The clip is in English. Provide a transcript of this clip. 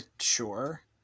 Sure